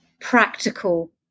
practical